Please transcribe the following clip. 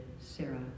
Sarah